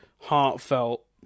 heartfelt